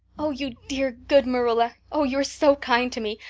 oh, you dear good marilla. oh, you are so kind to me.